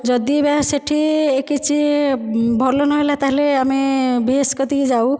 ଯଦି ବା ସେଠି କିଛି ଭଲ ନ ହେଲା ତାହେଲେ ଆମେ ଭିଏସ କତିକି ଯାଉ